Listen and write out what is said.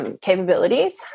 capabilities